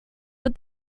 but